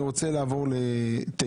אני רוצה לעבור ל-(9),